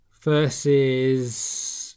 versus